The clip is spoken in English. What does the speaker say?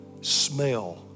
smell